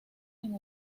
sin